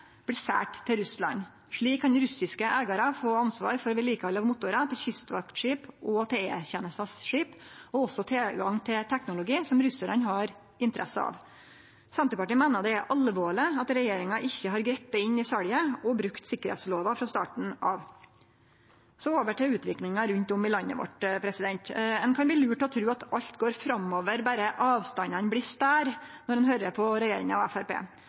blir selt til Russland. Slik kan russiske eigarar få ansvaret for vedlikehald av motorar til kystvaktskip og til E-tenesta sine skip, og også få tilgang til teknologi som russarane har interesse av. Senterpartiet meiner det er alvorleg at regjeringa ikkje har gripe inn i salet og brukt sikkerheitslova frå starten av. Så over til utviklinga rundt om i landet vårt: Ein kan bli lurt til å tru at alt går framover berre avstandane blir større, når ein høyrer på regjeringa